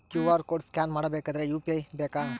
QR code scan ಮಾಡಬೇಕಾದರೆ UPI ಬೇಕಾ?